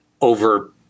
over